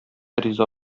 риза